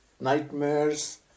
nightmares